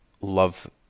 love